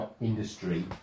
industry